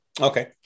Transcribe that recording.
Okay